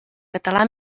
català